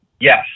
Yes